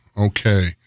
Okay